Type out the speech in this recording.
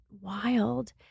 wild